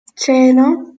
cero